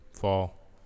Fall